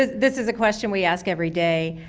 ah this is a question we ask every day.